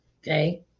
okay